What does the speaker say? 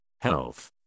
health